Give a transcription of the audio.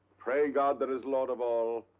pray god that is lord of all,